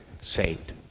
saved